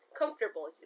comfortable